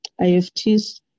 IFTs